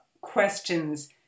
questions